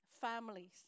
families